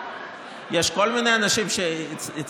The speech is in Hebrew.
יש כל מיני אנשים שהצטערו.